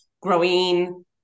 growing